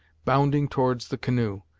bounding towards the canoe.